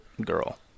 girl